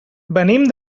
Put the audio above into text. venim